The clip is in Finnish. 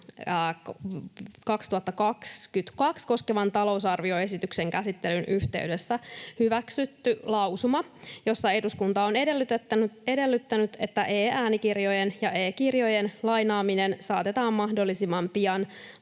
2022 talousarvioesityksen käsittelyn yhteydessä hyväksymä lausuma, jossa eduskunta on edellyttänyt, että e-äänikirjojen ja e-kirjojen lainaaminen saatetaan mahdollisimman pian